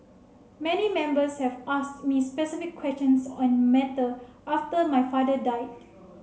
many Members have asked me specific questions on matter after my father died